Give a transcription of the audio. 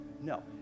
No